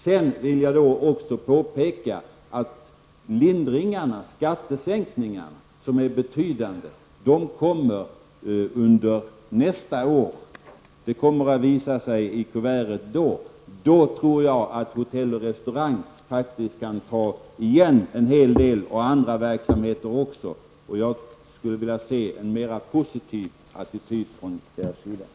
Sedan vill jag också påpeka att skattelindringarna kommer under nästa år och att dessa är betydande. Det kommer då att visa sig i kuvertet. Jag tror att hotell-- och restaurangbranschen faktiskt kan ta igen en hel del då, och detta gäller även andra verksamheter. Jag skulle vilja se en mera positiv attityd från deras sida.